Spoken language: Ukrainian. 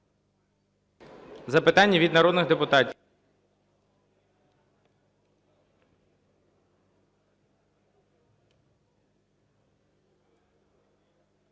Запитання від народних депутатів.